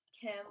Kim